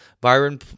Byron